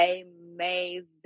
amazing